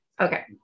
okay